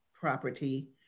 property